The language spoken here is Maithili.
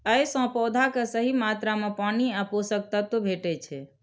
अय सं पौधा कें सही मात्रा मे पानि आ पोषक तत्व भेटै छै